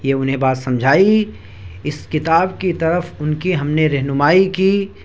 یہ انہیں بات سمجھائی اس کتاب کی طرف ان کی ہم نے رہنمائی کی